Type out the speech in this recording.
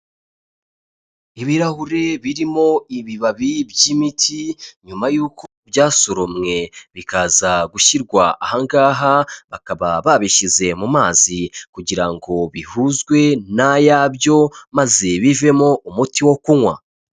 Ibirahuri birimo ibibabi by'imiti, nyuma y'uko byasoromwe bikaza gushyirwa aha ngaha, bakaba babishyize mu mazi kugira ngo bihuzwe n'ayabyo maze bivemo umuti wo kunywa.